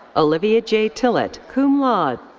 olivia g. tillett, cum laude.